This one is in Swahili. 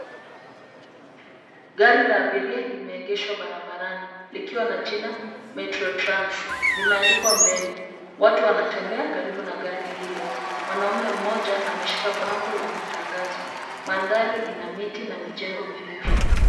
Gari la abiria limeegeshwa barabarani, likiwa na jina Metro trans, limeandikwa mbele. Watu wanatembea karibu na gari hilo, mwanaume mmoja ameshika bango la matangazo. Mandhari ina miti na mijengo mirefu.